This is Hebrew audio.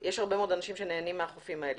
יש הרבה מאוד אנשים שנהנים מהחופים האלה.